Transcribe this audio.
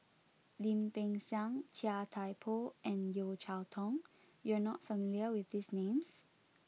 Lim Peng Siang Chia Thye Poh and Yeo Cheow Tong you are not familiar with these names